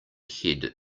head